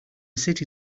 city